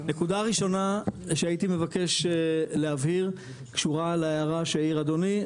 נקודה ראשונה שהייתי מבקש להבהיר קשורה להערה שהעיר אדוני,